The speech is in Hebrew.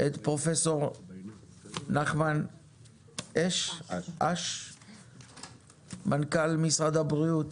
את פרופ' נחמן אש מנכ"ל משרד הבריאות,